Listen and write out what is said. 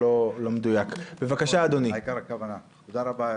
תודה רבה,